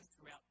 throughout